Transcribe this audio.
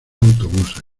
autobuses